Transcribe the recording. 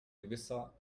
gewisser